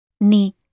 Ni